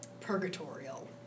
purgatorial